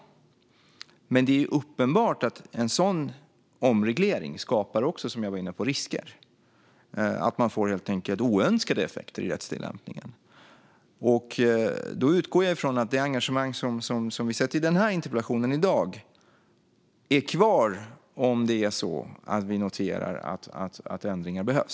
Men det är uppenbart att en sådan omreglering också skapar risker, vilket jag var inne på. Man får helt enkelt oönskade effekter i rättstillämpningen. Jag utgår från att det engagemang som vi har sett i dagens interpellationsdebatt finns kvar om vi noterar att ändringar behövs.